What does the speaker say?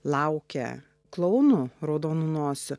laukia klounų raudonų nosių